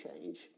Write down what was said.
change